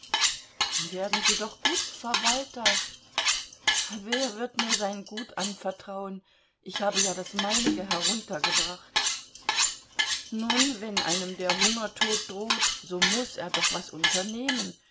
werden sie doch gutsverwalter wer wird mir sein gut anvertrauen ich habe ja das meinige heruntergebracht nun wenn einem der hungertod droht so muß er doch was unternehmen